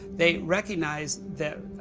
they recognize that,